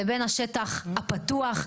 לבין השטח הפתוח,